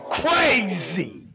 crazy